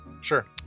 Sure